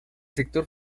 sector